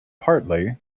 partly